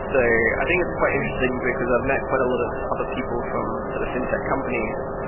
so i think it's quite interesting because i've met quite a lot of other people from sort of fintech companies,